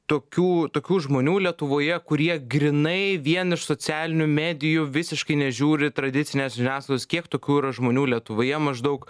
tokių tokių žmonių lietuvoje kurie grynai vien iš socialinių medijų visiškai nežiūri tradicinės žiniasklaidos kiek tokių žmonių lietuvoje maždaug